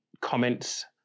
Comments